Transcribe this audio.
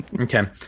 Okay